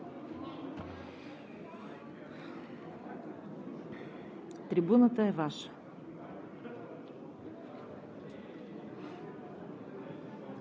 трибуната е Ваша.